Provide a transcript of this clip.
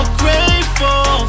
grateful